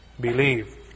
believe